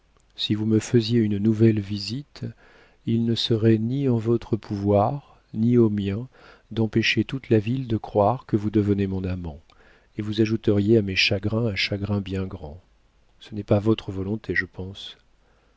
si vous me faisiez une nouvelle visite il ne serait ni en votre pouvoir ni au mien d'empêcher toute la ville de croire que vous devenez mon amant et vous ajouteriez à mes chagrins un chagrin bien grand ce n'est pas votre volonté je pense